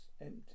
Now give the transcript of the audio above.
Empty